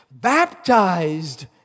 Baptized